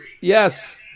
Yes